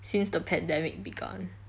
since the pandemic begun